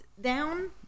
down